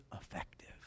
effective